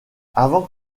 avant